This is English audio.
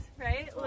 right